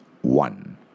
one